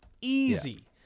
easy